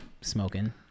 smoking